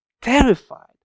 terrified